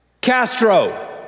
Castro